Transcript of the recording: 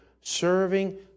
serving